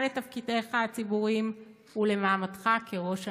לתפקידיך הציבוריים ולמעמדך כראש הממשלה".